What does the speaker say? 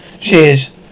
Cheers